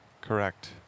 Correct